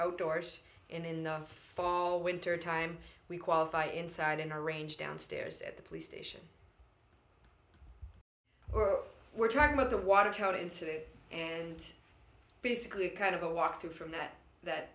outdoors in the fall winter time we qualify inside in a range downstairs at the police station or we're talking with the watertown incident and basically kind of a walk through from that that